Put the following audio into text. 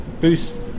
boost